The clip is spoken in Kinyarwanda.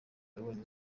yabonye